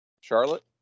Charlotte